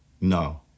No